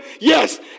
yes